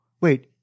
wait